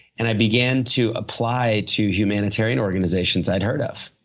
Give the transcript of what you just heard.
and i began to apply to humanitarian organizations i'd heard of.